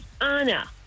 Anna